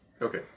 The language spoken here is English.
Okay